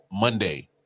Monday